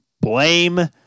Blame